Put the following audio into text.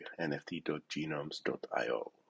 nft.genomes.io